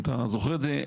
אם אתה זוכר את זה.